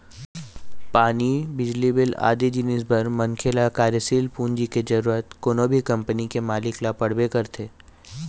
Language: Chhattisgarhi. पानी, बिजली बिल आदि जिनिस बर मनखे ल कार्यसील पूंजी के जरुरत कोनो भी कंपनी के मालिक ल पड़बे करथे